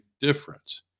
difference